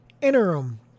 interim